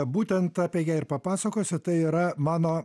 būtent apie ją ir papasakosiu tai yra mano